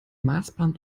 maßband